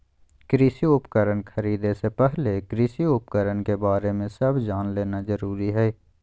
कृषि उपकरण खरीदे से पहले कृषि उपकरण के बारे में सब जान लेना जरूरी हई